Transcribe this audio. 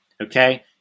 okay